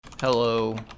hello